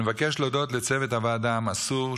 אני מבקש להודות לצוות הוועדה המסור,